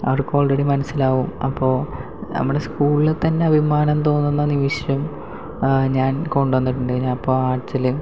അവർക്ക് ഓൾറെഡി മനസ്സിലാവും അപ്പോൾ നമ്മുടെ സ്കൂളിൽ തന്നെ അഭിമാനം തോന്നുന്ന നിമിഷം ഞാൻ കൊണ്ടുവന്നിട്ടുണ്ട് ഞാൻ പാച്ചല്